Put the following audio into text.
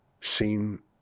seen